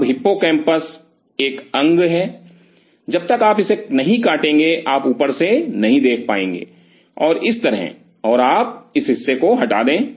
अब हिप्पोकैम्पस एक अंग है जब तक आप इसे नहीं काटेंगे आप ऊपर से नहीं देख पाएंगे इस तरह और आप इस हिस्से को हटा दें